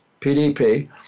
PDP